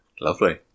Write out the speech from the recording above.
lovely